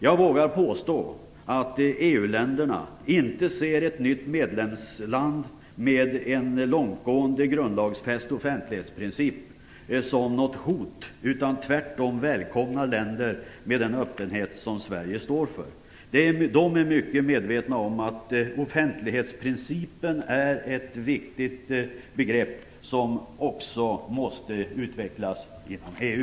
Jag vågar påstå att EU-länderna inte ser ett nytt medlemsland med en långtgående grundlagsfäst offentlighetsprincip som något hot, utan tvärtom välkomnar länder med den öppenhet som Sverige står för. De är mycket medvetna om att offentlighetsprincipen är ett viktigt begrepp som också måste utvecklas inom EU.